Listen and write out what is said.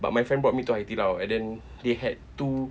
but my friend brought me to hai di lao and then they had two